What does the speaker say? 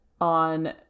on